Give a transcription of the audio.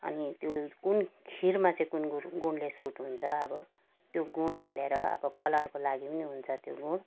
अनि त्यो कुन खिरमा चाहिँ कुन गुड गुडले सुट हुन्छ अब त्यो गुड हालेर अब कलरको लागि पनि हुन्छ त्यो गुड